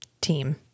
team